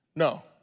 No